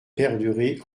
perdurer